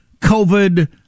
COVID